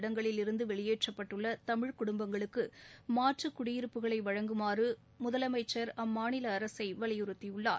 இடங்களிலிருந்து வெளியேற்றப்பட்டுள்ள தமிழ் குடும்பங்களுக்கு மாற்று குடியிருப்புகளை வழங்குமாறு முதலமைச்சர் வலியுறுத்தியுள்ளார்